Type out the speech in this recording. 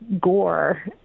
gore